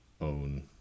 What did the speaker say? own